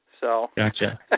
Gotcha